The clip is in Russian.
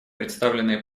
представленные